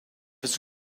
its